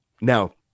Now